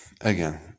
again